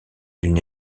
d’une